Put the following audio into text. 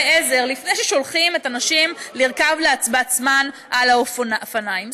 עזר לפני ששולחים את הנשים לרכוב בעצמן על האופניים.